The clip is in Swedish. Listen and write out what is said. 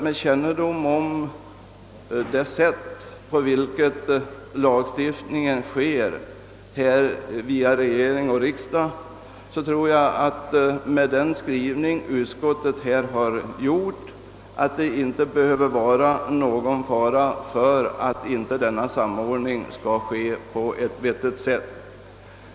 Med kännedom om det sätt varpå lagar stiftas av regering och riksdag tror jag emellertid, att det inte föreligger någon risk för att en sådan samordning inte kan åstadkommas på ett vettigt sätt.